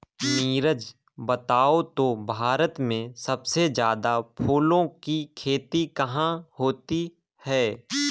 नीरज बताओ तो भारत में सबसे ज्यादा फूलों की खेती कहां होती है?